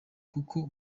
kuko